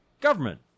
government